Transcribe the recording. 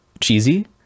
cheesy